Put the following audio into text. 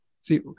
See